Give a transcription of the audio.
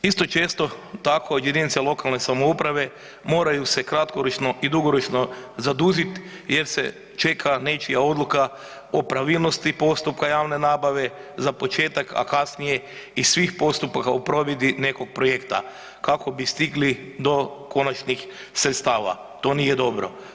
Isto često tako jedinice lokalne samouprave moraju se kratkoročno i dugoročno zadužiti jer se čeka nečija odluka o pravilnosti postupka javne nabave za početak, a kasnije i svih postupaka u provedbi nekog projekta kako bi stigli do konačnih sredstava to nije dobro.